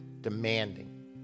demanding